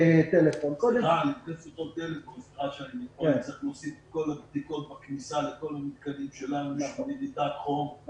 צריך להוסיף את כל הבדיקות בכניסה לכל המתקנים שלנו: מדידת חום,